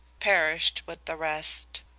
perished with the rest.